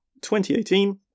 2018